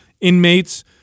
inmates